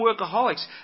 workaholics